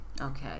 Okay